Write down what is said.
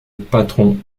patron